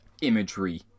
imagery